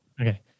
Okay